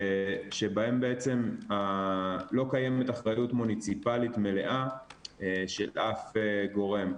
שבהם בעצם לא קיימת אחריות מוניציפאלית מלאה של אף גורם.